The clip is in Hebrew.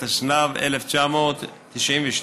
התשנ"ב 1992,